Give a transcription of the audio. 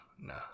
no